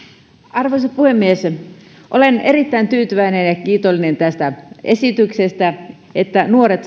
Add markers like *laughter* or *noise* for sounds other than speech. arvoisa puhemies olen erittäin tyytyväinen ja kiitollinen tästä esityksestä että nuoret *unintelligible*